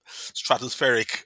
stratospheric